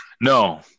No